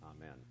Amen